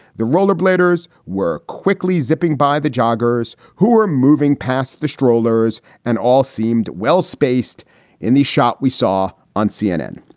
the rollerbladers were quickly zipping by the. loggers who are moving past the strollers and all seemed well spaced in the shop we saw on cnn.